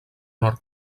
nord